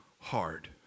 hard